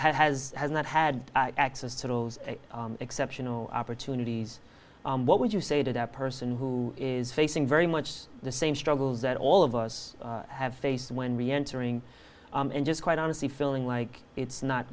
has has not had access to those exceptional opportunities what would you say to that person who is facing very much the same struggles that all of us have faced when reentering just quite honestly feeling like it's not